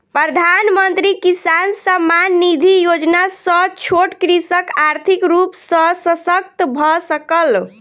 प्रधानमंत्री किसान सम्मान निधि योजना सॅ छोट कृषक आर्थिक रूप सॅ शशक्त भअ सकल